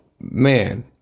man